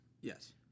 Yes